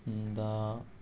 अन्त